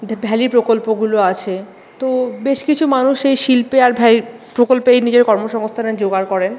দা valley প্রকল্পগুলো আছে তো বেশ কিছু মানুষ এই শিল্পে আর ভ্যালি প্রকল্পেই নিজের কর্মসংস্থানটা জোগাড় করেন